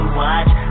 watch